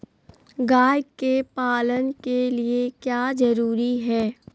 गाय के पालन के लिए क्या जरूरी है?